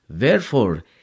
Wherefore